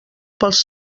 pels